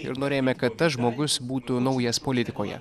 ir norėjome kad tas žmogus būtų naujas politikoje